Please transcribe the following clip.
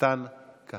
434, 443